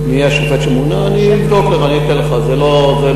מי השופט שמונה לנושא הזה?